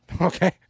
okay